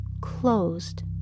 closed